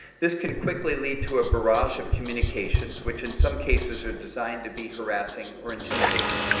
this can quickly lead to a barrage of communications which in some cases are designed to be harassing or intimidating.